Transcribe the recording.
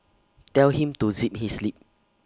tell him to zip his lip